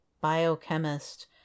Biochemist